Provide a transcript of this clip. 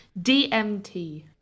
DMT